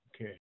Okay